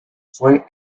fue